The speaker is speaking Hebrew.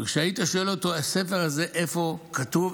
וכשהיית שואל אותו: הספר הזה, איפה כתוב?